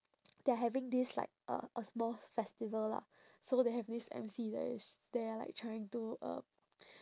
they're having this like uh a small festival lah so they have this emcee that is there like trying to uh